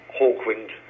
Hawkwind